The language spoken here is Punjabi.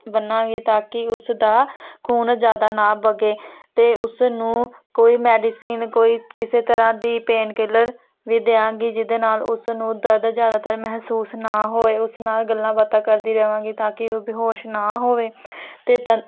ਬੰਨਾਗੀ ਤਾਂ ਕਿ ਉਸ ਦਾ ਖੂਨ ਜ਼ਿਆਦਾ ਨਾ ਵਗੇ ਅਤੇ ਉਸ ਨੂੰ ਕੋਈ ਮੈਡੀਸਿਨ ਕੋਈ ਕਿਸੇ ਤਰ੍ਹਾਂ ਦੀ ਪੇਨ ਕਿਲਰ ਵੀ ਦਿਆਂਗੀ ਜਿਹਦੇ ਨਾਲ ਉਸ ਨੂੰ ਦਰਦ ਜ਼ਿਆਦਾਤਰ ਮਹਿਸੂਸ ਨਾ ਹੋਵੇ ਉਸ ਨਾਲ ਗੱਲਾਂ ਬਾਤਾਂ ਕਰਦੀ ਰਹਾਂਗੀ ਤਾਂ ਕਿ ਉਹ ਬੇਹੋਸ਼ ਨਾ ਹੋਵੇ ਅਤੇ ਤਨ